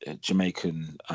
Jamaican